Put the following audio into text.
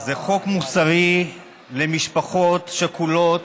זה חוק מוסרי למשפחות שכולות,